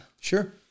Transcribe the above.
Sure